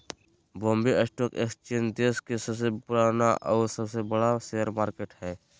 Bombay stock exchange देश के सबसे पुराना और सबसे बड़ा शेयर मार्केट हइ